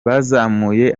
bazamuye